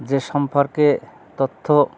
যে সম্পর্কে তথ্য